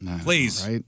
Please